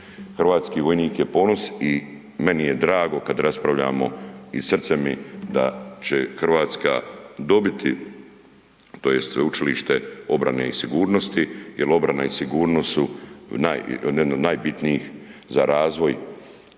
Hrvatski vojnik je ponos i meni je drago kad raspravljamo i srce mi da će Hrvatska dobiti tj. Sveučilište obrane i sigurnosti jer obrana i sigurnost su jedno od najbitnijih za razvoj